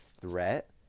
threat